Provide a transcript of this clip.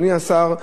אדוני השר,